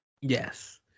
Yes